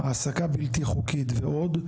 העסקה בלתי חוקית ועוד.